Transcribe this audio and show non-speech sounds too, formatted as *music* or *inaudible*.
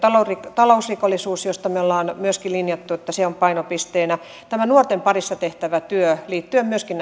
talousrikollisuus josta me olemme myöskin linjanneet että se on painopisteenä tämä nuorten parissa tehtävä työ liittyen myöskin *unintelligible*